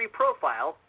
profile